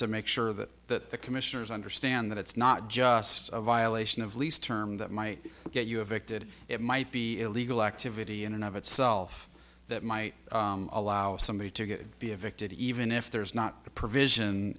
to make sure that that the commissioners understand that it's not just a violation of lease term that might get you a victim it might be illegal activity in and of itself that might allow somebody to get be evicted even if there's not a provision